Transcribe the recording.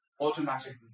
automatically